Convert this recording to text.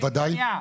בוודאי.